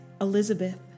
Elizabeth